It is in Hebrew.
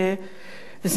אני חושבת,